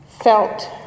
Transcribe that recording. felt